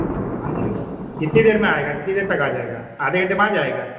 سر آ جائے گا کتنی دیر میں آئے گا کتنی دیر تک آ جائے گا آدھے گھنٹے میں آ جائے گا